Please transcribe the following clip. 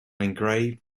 engraved